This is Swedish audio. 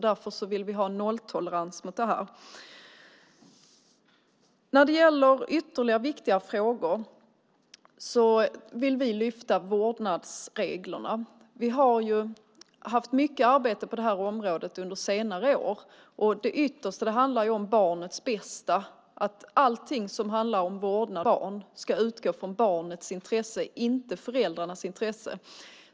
Därför vill vi ha nolltolerans mot det här. När det gäller ytterligare viktiga frågor vill vi lyfta fram vårdnadsreglerna. Vi har haft mycket arbete på området under senare år. Ytterst handlar det om barnets bästa. Allting som handlar om vårdnad av barn ska utgå från barnets intresse, inte föräldrarnas intresse.